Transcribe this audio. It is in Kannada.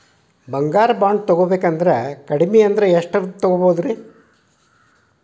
ಬಂಗಾರ ಬಾಂಡ್ ತೊಗೋಬೇಕಂದ್ರ ಕಡಮಿ ಅಂದ್ರ ಎಷ್ಟರದ್ ತೊಗೊಬೋದ್ರಿ?